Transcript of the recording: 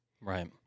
Right